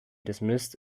dismissed